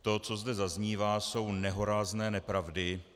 To, co zde zaznívá, jsou nehorázné nepravdy.